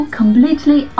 completely